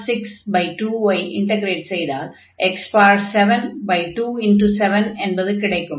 x62 ஐ integrate செய்தால் x72×7 என்பது கிடைக்கும்